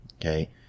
okay